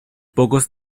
pocos